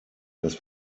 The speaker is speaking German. dass